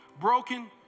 broken